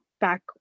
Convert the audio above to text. back